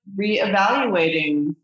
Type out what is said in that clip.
reevaluating